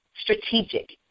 strategic